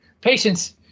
Patience